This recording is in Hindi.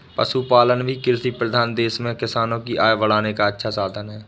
पशुपालन भी कृषिप्रधान देश में किसानों की आय बढ़ाने का अच्छा साधन है